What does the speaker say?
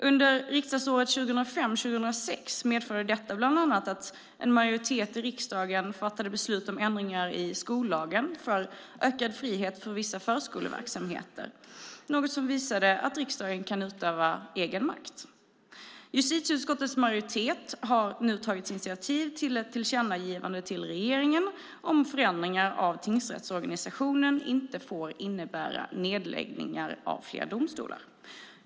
Under riksdagsåret 2005/06 medförde detta bland annat att en majoritet i riksdagen fattade beslut om ändringar i skollagen för ökad frihet för vissa förskoleverksamheter. Det är något som visar att riksdagen kan utöva egen makt. Justitieutskottets majoritet har nu tagit initiativ till ett tillkännagivande till regeringen om att förändringar av tingsrättsorganisationen inte får innebära nedläggningar av fler domstolar.